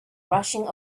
rushing